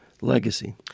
legacy